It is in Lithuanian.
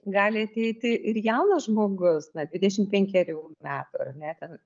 gali ateiti ir jaunas žmogus na dvidešimt penkerių metų ar ne ten